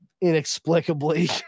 inexplicably